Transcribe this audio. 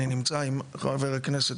אני נמצא עם חבר הכנסת,